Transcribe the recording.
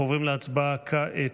אנחנו עוברים להצבעה כעת.